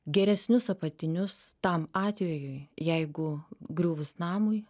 geresnius apatinius tam atvejui jeigu griuvus namui